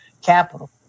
capital